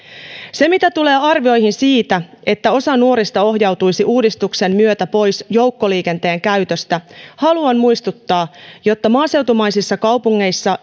mitä tulee arvioihin siitä että osa nuorista ohjautuisi uudistuksen myötä pois joukkoliikenteen käytöstä haluan muistuttaa että maaseutumaisissa kaupungeissa